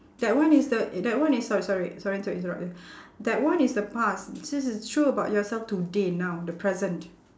that one is the that one is sorry sorry sorry to interrupt you that one is the past this is true about yourself today now the present